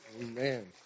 Amen